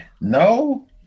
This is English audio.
No